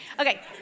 Okay